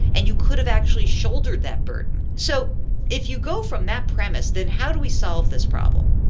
and you could've actually shouldered that burden. so if you go from that premise, then how do we solve this problem?